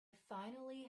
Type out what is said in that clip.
finally